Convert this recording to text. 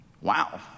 Wow